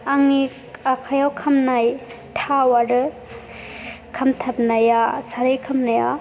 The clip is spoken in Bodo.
आंनि आखाइयाव खामनाय थाव आरो खामथाबनाय साराय खामनाया